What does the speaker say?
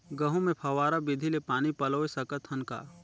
गहूं मे फव्वारा विधि ले पानी पलोय सकत हन का?